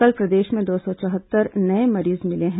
कल प्रदेश में दो सौ चौहत्तर नये मरीज मिले हैं